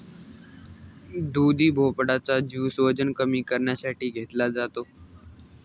दुधी भोपळा चा ज्युस वजन कमी करण्यासाठी घेतला जातो